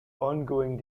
ongoing